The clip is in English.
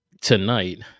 tonight